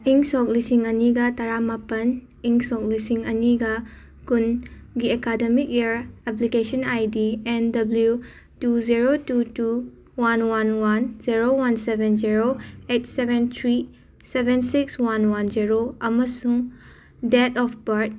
ꯏꯪ ꯁꯣꯛ ꯂꯤꯁꯤꯡ ꯑꯅꯤꯒ ꯇꯔꯥꯃꯥꯄꯟ ꯏꯪ ꯁꯣꯛ ꯂꯤꯁꯤꯡ ꯑꯅꯤꯒ ꯀꯨꯟꯒꯤ academic year application I D N W two zero two two one one one zero one seven zero eight seven three seven six one one zero ꯑꯃꯁꯨꯡ ꯗꯦꯠ ꯑꯣꯐ ꯕꯔꯊ